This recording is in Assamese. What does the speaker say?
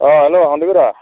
অ হেল্ল' সন্দিকৈদা